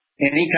Anytime